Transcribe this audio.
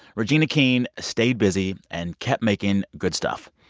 regina king stayed busy and kept making good stuff.